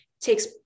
takes